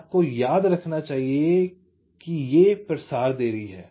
यह आपको याद रखना चाहिए और अंतिम बात यह है कि ये प्रसार देरी हैं